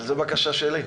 אני מבקש.